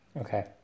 Okay